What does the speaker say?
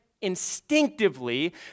instinctively